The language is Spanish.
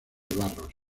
barros